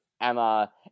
emma